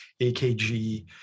AKG